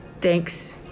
thanks